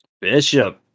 Bishop